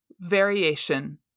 variation